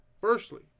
Firstly